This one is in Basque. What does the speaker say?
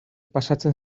pasatzen